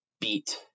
beat